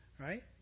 Right